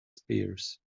spears